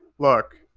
look,